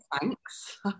thanks